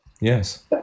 Yes